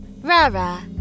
Rara